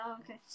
okay